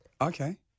Okay